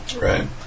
right